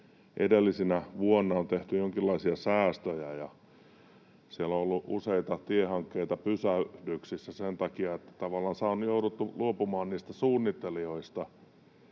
edellisinä vuosina on tehty jonkinlaisia säästöjä ja siellä on ollut useita tiehankkeita pysähdyksissä sen takia, että tavallansa on jouduttu luopumaan niistä suunnittelijoista